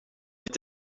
niet